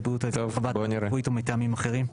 בריאות על יסוד חוות דעת רפואית או מטעמים אחרים'.